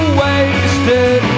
wasted